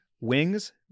wings